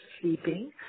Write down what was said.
sleeping